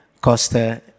Costa